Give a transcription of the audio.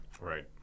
Right